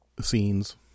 scenes